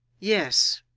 yes.